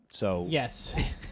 Yes